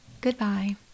Goodbye